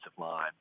line